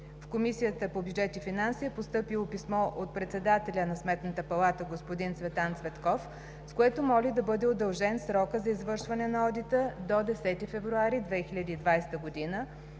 В Комисията по бюджет и финанси е постъпило писмо от председателя на Сметната палата – господин Цветан Цветков, с което моли да бъдe удължен срокът за извършване на одита – до 10 февруари 2020 г.,